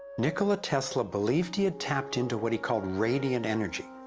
nikola tesla believed he had tapped into what he called radiant energy.